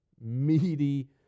meaty